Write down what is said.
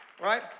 Right